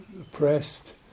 oppressed